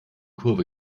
kurve